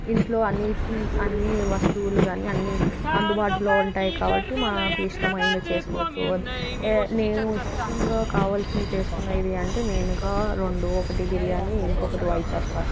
ఇంట్లో అన్ని అన్ని వస్తువులు కాని అన్ని అందుబాటులో ఉంటాయి కాబట్టి నాకు ఇష్టమైనది చేసుకోవచ్చు నేను ఇష్టంగా కావలిసినది చేసుకునేది ఏది అంటే మెయిన్గా రెండు ఒకటి బిర్యానీ ఇంకొకటి వైట్ సాస్ పాస్